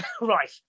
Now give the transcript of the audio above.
right